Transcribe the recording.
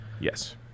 yes